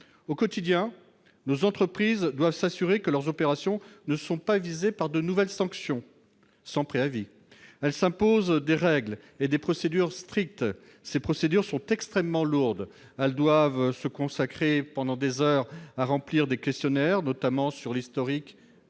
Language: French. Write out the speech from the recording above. Au quotidien, nos entreprises doivent s'assurer que leurs opérations ne sont pas visées par de nouvelles sanctions sans préavis. Elles s'imposent des règles et des procédures strictes et extrêmement lourdes. Elles consacrent des heures à remplir des questionnaires, notamment sur l'historique